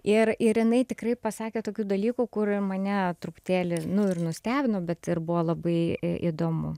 ir ir jinai tikrai pasakė tokių dalykų kur mane truputėlį nu ir nustebino bet ir buvo labai įdomu